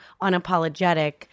unapologetic